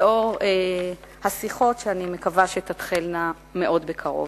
לאור השיחות, שאני מקווה שתתחלנה מאוד בקרוב.